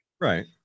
Right